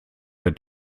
der